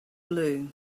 blue